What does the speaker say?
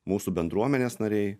mūsų bendruomenės nariai